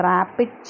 Rapid